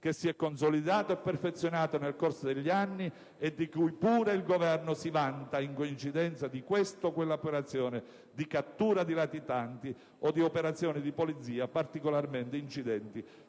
che si è consolidato e perfezionato nel corso degli anni e di cui pure il Governo si vanta in coincidenza di questa o quella operazione di cattura di latitanti o di operazioni di polizia particolarmente incidenti